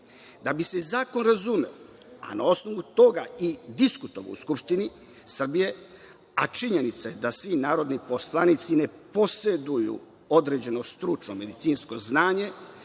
Da bi se zakon razumeo, a na osnovu toga i diskutovalo u Skupštini Srbije, a činjenica je da svi narodni poslanici ne poseduju određeno stručno medicinsko znanje,